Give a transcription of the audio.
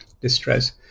distress